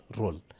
role